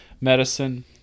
medicine